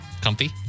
Comfy